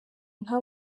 nka